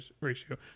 ratio